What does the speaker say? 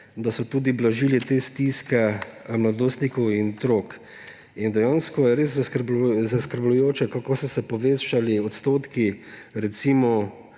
da so tudi blažili te stiske mladostnikov in otrok. Dejansko je res zaskrbljujoče, kako so se povečali odstotki, recimo,